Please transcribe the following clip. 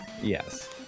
Yes